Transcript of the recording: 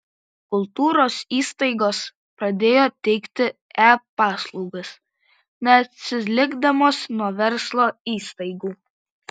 kultūros įstaigos pradėjo teikti e paslaugas neatsilikdamos nuo verslo įstaigų